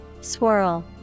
Swirl